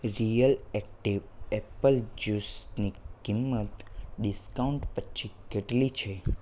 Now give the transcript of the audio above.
real active apple જ્યુસની કિંમત discount પછી કેટલી છે